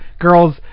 girls